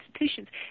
institutions